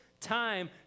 time